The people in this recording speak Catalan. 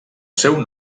seu